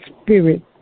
spirit